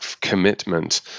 commitment